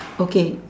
okay